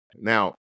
now